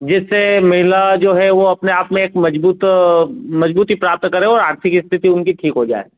जिससे मेला जो है वह अपने आप में एक मज़बूत मज़बूती प्राप्त करे और आर्थिक स्थिति उनकी ठीक हो जाए